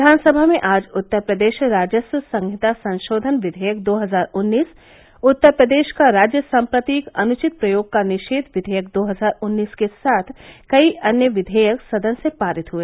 विधानसभा में आज उत्तर प्रदेश राजस्व संहिता संशोधन विधेयक दो हजार उन्नीस उत्तर प्रदेश का राज्य सम्प्रतीक अनुचित प्रयोग का निषेघ विधेयक दो हजार उन्नीस के साथ कई अन्य विधेयक सदन से पारित हुए